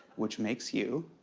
which makes you.